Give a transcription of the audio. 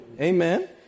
Amen